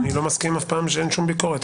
אני לא מסכים אף פעם שאין שום ביקורת.